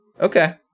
okay